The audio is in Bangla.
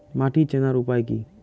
মাটি চেনার উপায় কি?